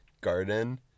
garden